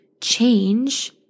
change